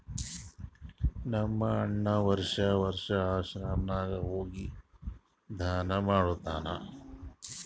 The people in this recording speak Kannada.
ನಮ್ ಅಣ್ಣಾ ವರ್ಷಾ ವರ್ಷಾ ಆಶ್ರಮ ನಾಗ್ ಹೋಗಿ ದಾನಾ ಮಾಡ್ತಾನ್